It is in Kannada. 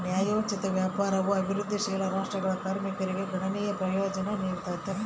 ನ್ಯಾಯೋಚಿತ ವ್ಯಾಪಾರವು ಅಭಿವೃದ್ಧಿಶೀಲ ರಾಷ್ಟ್ರಗಳ ಕಾರ್ಮಿಕರಿಗೆ ಗಣನೀಯ ಪ್ರಯೋಜನಾನ ನೀಡ್ತದ